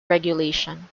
regulation